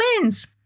wins